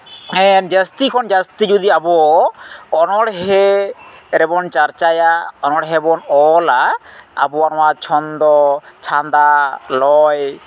ᱡᱟᱹᱥᱛᱤ ᱠᱷᱚᱱ ᱡᱟᱹᱥᱛᱤ ᱡᱩᱫᱤ ᱟᱵᱚ ᱚᱢᱚᱬᱦᱮᱸ ᱨᱮᱵᱚᱱ ᱪᱟᱨᱪᱟᱭᱟ ᱚᱱᱚᱬᱦᱮᱸ ᱵᱚᱱ ᱚᱞᱟ ᱟᱵᱚᱣᱟᱜ ᱱᱚᱣᱟ ᱪᱷᱚᱱᱫᱚ ᱪᱷᱟᱸᱫᱟ ᱞᱚᱭ